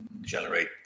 generate